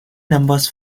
numbers